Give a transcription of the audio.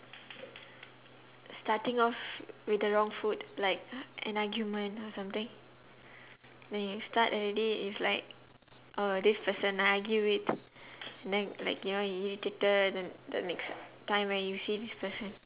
starting off with the wrong foot like an argument or something then you start already is like oh this person argue with then like you know you irritated then the next time when you see this person